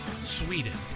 Sweden